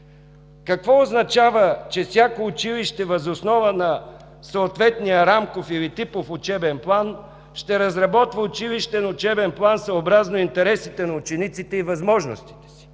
Какво означава, че всяко училище въз основа на съответния рамков или типов учебен план ще разработва училищен учебен план съобразно интересите на учениците и възможностите си?